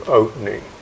opening